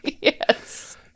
yes